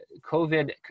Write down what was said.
COVID